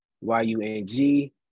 Y-U-N-G